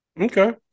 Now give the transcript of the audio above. Okay